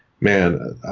man